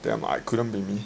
damn I it couldn't be me